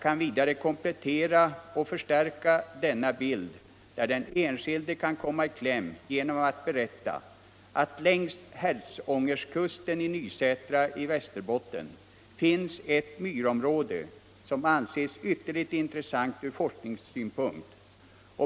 Låt mig komplettera och förstärka bilden av dessa problem, som kan leda till att den enskilde kommer i kläm genom att berätta att det längs Hertsångerskusten i Nysätra i Västerbotten finns ett myrområde som anses ytterligt intressant ur forskningssynpunkt.